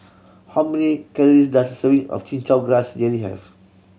how many calories does a serving of Chin Chow Grass Jelly have